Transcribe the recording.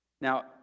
Now